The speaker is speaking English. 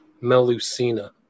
Melusina